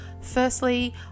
Firstly